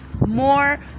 more